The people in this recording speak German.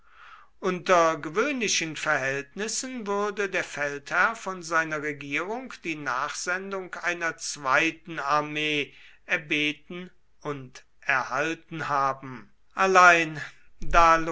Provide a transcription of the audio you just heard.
unter gewöhnlichen verhältnissen würde der feldherr von seiner regierung die nachsendung einer zweiten armee erbeten und erhalten haben allein